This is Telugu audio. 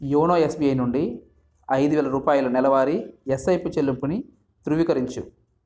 యోనో ఎస్బీఐ నుండి ఐదు వేల రూపాయల నెలవారీ ఎస్ఐపి చెల్లింపుని ధృవీకరించు